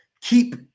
keep